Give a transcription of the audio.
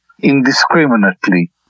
indiscriminately